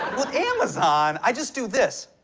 with amazon, i just do this.